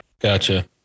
Gotcha